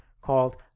called